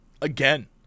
again